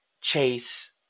chase